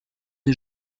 des